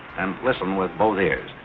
and listen with both ears.